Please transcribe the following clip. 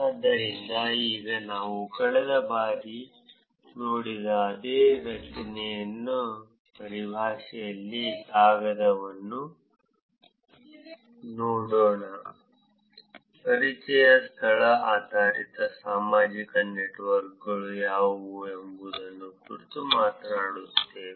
ಆದ್ದರಿಂದ ಈಗ ನಾವು ಕಳೆದ ಬಾರಿ ನೋಡಿದ ಅದೇ ರಚನೆಯ ಪರಿಭಾಷೆಯಲ್ಲಿ ಕಾಗದವನ್ನು ನೋಡೋಣ ಪರಿಚಯ ಸ್ಥಳ ಆಧಾರಿತ ಸಾಮಾಜಿಕ ನೆಟ್ವರ್ಕ್ಗಳು ಯಾವುವು ಎಂಬುದರ ಕುರಿತು ಮಾತನಾಡುತ್ತೇವೆ